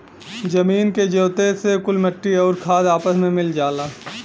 जमीन के जोते से कुल मट्टी आउर खाद आपस मे मिल जाला